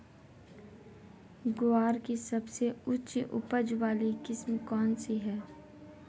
ग्वार की सबसे उच्च उपज वाली किस्म कौनसी है?